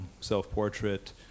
self-portrait